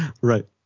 right